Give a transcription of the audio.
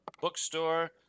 bookstore